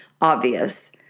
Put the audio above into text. obvious